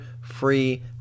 free